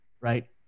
right